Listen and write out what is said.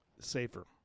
Safer